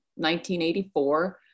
1984